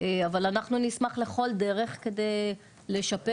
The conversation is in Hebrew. אבל אנחנו נשמח לכל דרך כדי לשפר